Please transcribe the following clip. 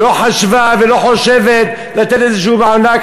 לא חשבה ולא חושבת לתת איזשהו מענק,